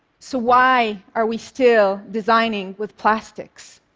so why are we still designing with plastics?